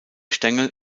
stängel